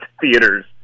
theaters